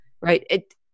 right